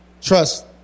Trust